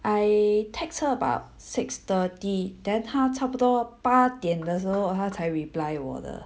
I text her about six thirty then 她差不多八点的时候她才 reply 我的